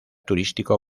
turístico